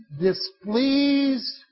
displeased